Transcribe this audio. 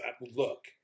look